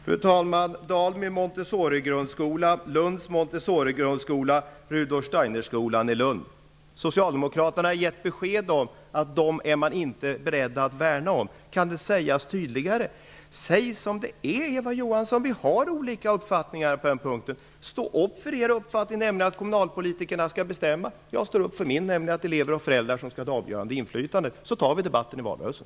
Fru talman! Det gäller montessorigrundskolan i Steiner-skolan i Lund. Socialdemokraterna har gett besked om att de inte är beredda att värna om dessa skolor. Kan det sägas tydligare? Säg som det är, Eva Johansson. Vi har olika uppfattningar på den här punkten. Stå upp för er uppfattning, nämligen att kommunalpolitikerna skall bestämma. Jag står upp för min uppfattning, nämligen att elever och föräldrar skall ha ett avgörande inflytande. Sedan kan vi föra debatten i valrörelsen.